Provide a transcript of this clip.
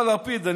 מר לפיד,